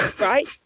right